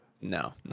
No